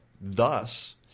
thus